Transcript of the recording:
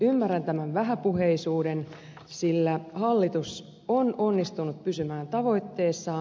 ymmärrän tämän vähäpuheisuuden sillä hallitus on onnistunut pysymään tavoitteessaan